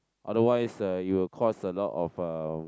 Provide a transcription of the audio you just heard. otherwise uh it will cause a lot of uh